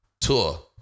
tour